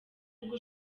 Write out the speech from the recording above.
rwo